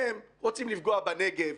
הם רוצים לפגוע בנגב,